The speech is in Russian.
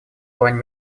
плане